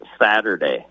Saturday